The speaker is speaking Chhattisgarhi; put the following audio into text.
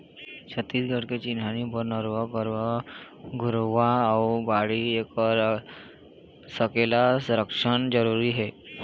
छत्तीसगढ़ के चिन्हारी बर नरूवा, गरूवा, घुरूवा अउ बाड़ी ऐखर सकेला, संरक्छन जरुरी हे